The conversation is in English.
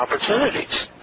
opportunities